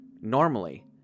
Normally